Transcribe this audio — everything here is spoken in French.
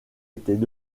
étaient